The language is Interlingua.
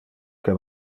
que